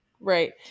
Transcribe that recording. Right